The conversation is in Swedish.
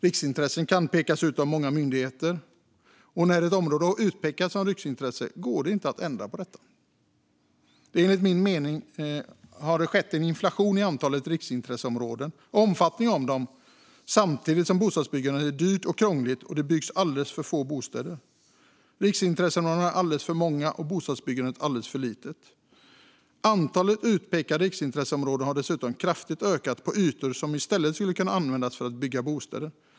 Riksintressen kan pekas ut av många myndigheter, och när ett område har utpekats som riksintresse går det inte att ändra på detta. Det har enligt min mening skett en inflation i antalet riksintresseområden och omfattningen av dem samtidigt som bostadsbyggandet är dyrt och krångligt och det byggs alldeles för få bostäder. Riksintresseområdena är alldeles för många och bostadsbyggandet alldeles för litet. Antalet utpekade riksintresseområden har dessutom kraftigt ökat på ytor som i stället skulle kunna användas för att bygga bostäder.